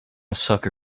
sucker